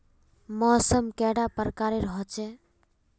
मौसम कैडा प्रकारेर होचे?